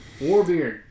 Warbeard